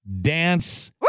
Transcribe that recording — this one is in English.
Dance